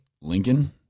Lincoln